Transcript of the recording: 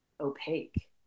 opaque